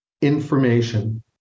information